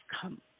come